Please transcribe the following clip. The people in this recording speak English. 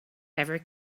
ever